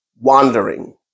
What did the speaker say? wandering